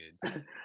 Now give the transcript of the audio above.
good